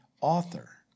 author